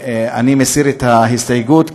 אני מסיר את ההסתייגות,